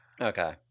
Okay